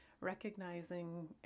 recognizing